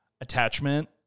attachment